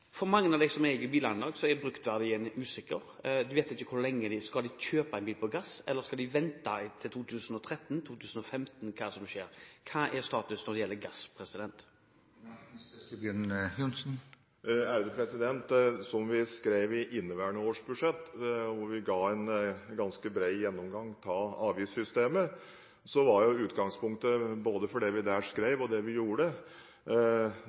For mange av dem som eier slike biler i dag, er bruktverdien usikker. Skal de kjøpe en bil som går på gass, eller skal de vente til 2013–2015 for å se hva skjer? Hva er status når det gjelder gass? Som vi skrev i inneværende års budsjett, hvor vi ga en ganske bred gjennomgang av avgiftssystemet, var utgangspunktet – både for det vi der skrev, og det vi gjorde